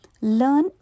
Learn